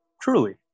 truly